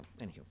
anywho